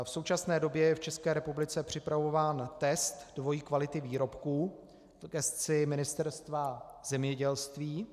V současné době je v České republice připravován test dvojí kvality výrobků v gesci Ministerstva zemědělství.